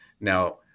Now